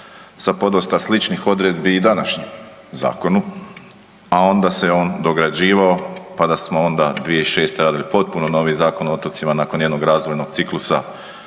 sa podosta sličnih odredbi i današnjem zakonu, a onda se on dograđivao, pa da smo onda 2006. radili popuno novi Zakon o otocima nakon jednog razvojnog ciklusa,